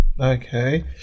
Okay